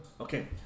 Okay